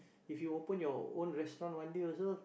if you open your own restaurant one day also